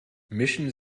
mischen